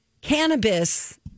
cannabis